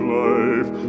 life